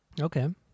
Okay